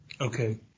Okay